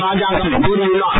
ராஜாங்கம் கோரியுள்ளார்